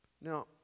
Now